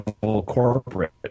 corporate